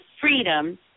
freedom